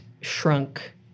shrunk